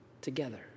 together